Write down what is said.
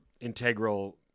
integral –